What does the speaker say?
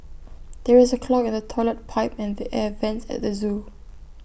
there is A clog in the Toilet Pipe and the air Vents at the Zoo